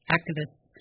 Activists